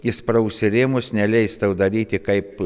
įspraus į rėmus neleis tau daryti kaip